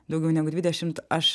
daugiau negu dvidešimt aš